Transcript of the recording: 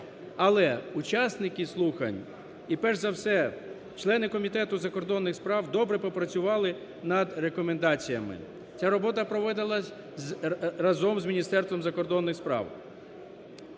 Але учасники слухань і перш за все члени Комітету закордонних справ добре попрацювали над рекомендаціями. Ця робота проводилась разом з Міністерством закордонних справ.